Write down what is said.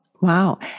Wow